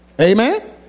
Amen